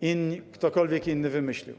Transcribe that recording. jakie ktokolwiek inny wymyślił.